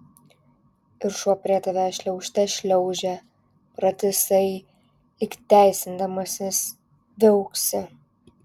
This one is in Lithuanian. ir šuo prie tavęs šliaužte šliaužia pratisai lyg teisindamasis viauksi